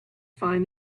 find